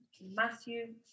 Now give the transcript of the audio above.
Matthew